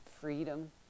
freedom